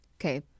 Okay